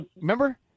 remember